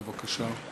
בבקשה.